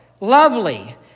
Lovely